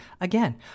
Again